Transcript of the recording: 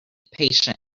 patient